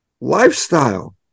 Lifestyle